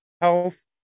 health